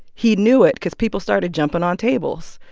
he knew it because people started jumping on tables.